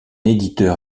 éditeur